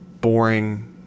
Boring